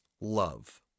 love